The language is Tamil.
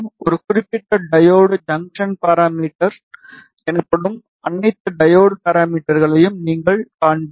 ஒரு குறிப்பிட்ட டையோடு ஜங்சன் பாராமீட்டர் எனப்படும் அனைத்து டையோடு பாராமீட்டர்களையும் நீங்கள் காண்பீர்கள்